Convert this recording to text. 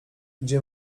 gdzie